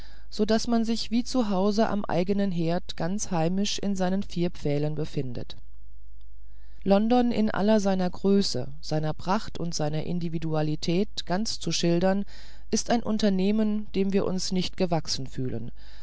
so daß man sich wie zu hause am eigenen herd ganz heimisch in seinen vier pfählen befindet london in aller seiner größe seiner pracht und seiner individualität ganz zu schildern ist ein unternehmen dem wir uns nicht gewachsen fühlen